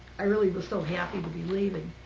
i really was so happy to be leaving.